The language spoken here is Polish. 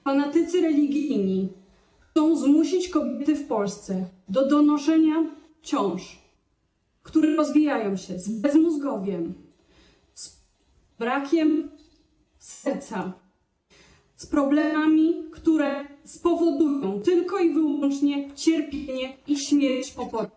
Fanatycy religijni chcą zmusić kobiety w Polsce do donoszenia ciąż, które rozwijają się z bezmózgowiem, z brakiem serca, z problemami, które spowodują tylko i wyłącznie cierpienie i śmierć po porodzie.